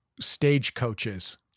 stagecoaches